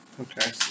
okay